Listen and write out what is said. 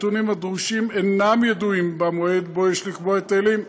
הנתונים הדרושים אינם ידועים במועד שבו יש לקבוע את ההיטלים.